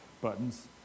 buttons